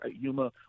Yuma